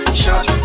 shot